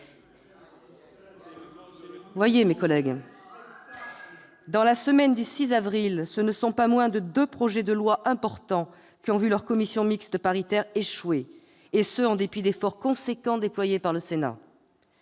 Quel spectacle ! Dans la semaine du 6 avril, ce ne sont pas moins de deux projets de loi importants qui ont vu leur commission mixte paritaire échouer, et ce en dépit d'efforts importants déployés par le Sénat.